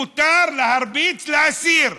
מותר להרביץ לאסיר.